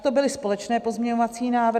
To byly společné pozměňovací návrhy.